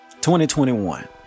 2021